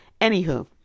Anywho